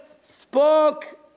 spoke